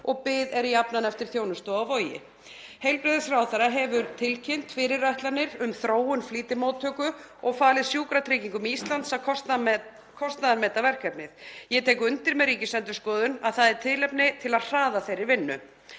og bið er jafnan eftir þjónustu á Vogi. Heilbrigðisráðherra hefur tilkynnt fyrirætlanir um þróun flýtimóttöku og falið Sjúkratryggingum Íslands að kostnaðarmeta verkefnið. Ég tek undir með Ríkisendurskoðun að það er tilefni til að hraða þeirri vinnu.